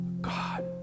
God